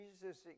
Jesus